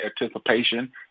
anticipation